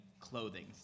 clothing